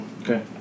Okay